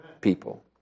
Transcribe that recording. people